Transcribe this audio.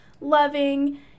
loving